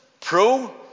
pro